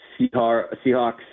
Seahawks